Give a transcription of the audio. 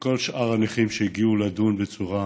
מכל שאר הנכים שהגיעו לדון בצורה